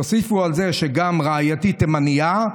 תוסיפו על זה שגם רעייתי תימנייה,